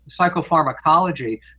psychopharmacology